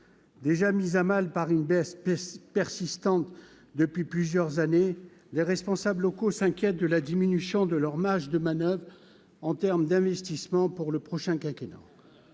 déjà mise à mal par une belle espèce persistante depuis plusieurs années, il y a, responsable locaux s'inquiètent de la diminution de leur marge de manoeuvre en terme d'investissement pour le prochain quinquennat